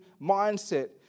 mindset